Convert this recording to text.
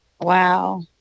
Wow